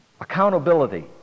accountability